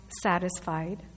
Satisfied